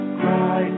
cry